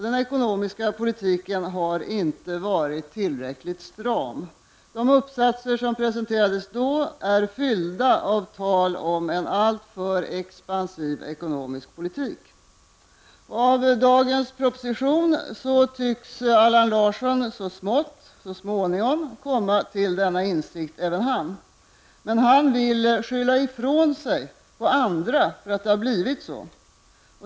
Den ekonomiska politiken har inte varit tillräckligt stram. Uppsatserna som presenterades då är fyllda av tal om en ''alltför expansiv ekonomisk politik''. Av dagens proposition tycks Allan Larsson så smått så småningom komma till denna insikt även han. Men han vill skylla ifrån sig på andra för att det har blivit så.